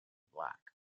black